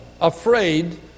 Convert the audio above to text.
afraid